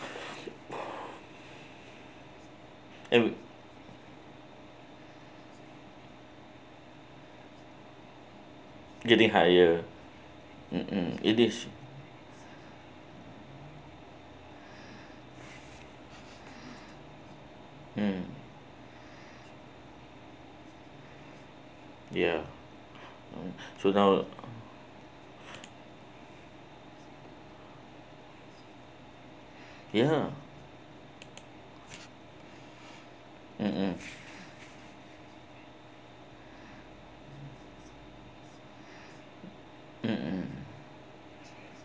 it was getting higher mmhmm it is mm ya so now ya mm mm mmhmm